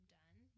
done